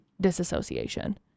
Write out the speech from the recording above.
disassociation